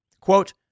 Quote